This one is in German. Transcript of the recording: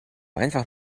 einfach